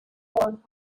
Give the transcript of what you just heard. hogan